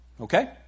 Okay